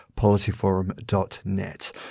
policyforum.net